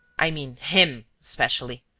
i mean him especially.